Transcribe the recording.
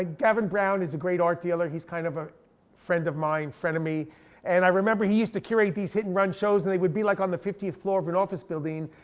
ah gavin brown is a great art dealer. he's kind of a friend of mine, freneme. and i remember he used to curate these hit and run shows, and they would be like on the fiftieth floor of an office building.